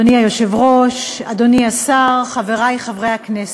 אדוני היושב-ראש, אדוני השר, חברי חברי הכנסת,